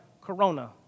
corona